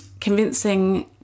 convincing